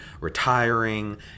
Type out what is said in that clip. retiring